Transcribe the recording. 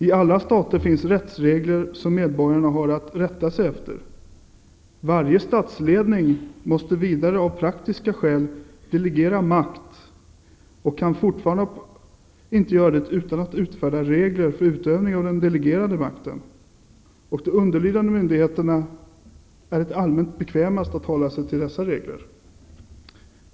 I alla stater finns rättsregler som medborgarna har att rätta sig efter. Varje statsledning måste vidare, av praktiska skäl, delegera makt och kan inte göra det utan att utfärda regler för utövningen av den delegerade makten. För de underlydande myndigheterna är det i allmänhet bekvämast att hålla sig till dessa regler.